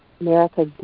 America